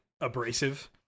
abrasive